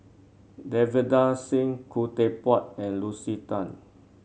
Davinder Singh Khoo Teck Puat and Lucy Tan